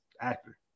actor